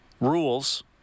rules